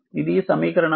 ఇది సమీకరణం 7